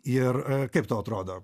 ir kaip tau atrodo